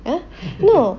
!huh! no